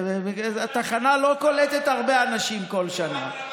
התחנה לא קולטת הרבה אנשים כל שנה.